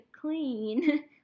clean